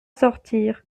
sortir